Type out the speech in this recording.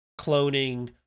cloning